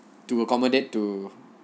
to accommodate to